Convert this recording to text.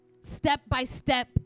step-by-step